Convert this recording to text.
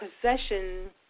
possession